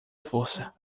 força